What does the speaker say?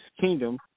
Kingdom